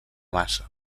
maça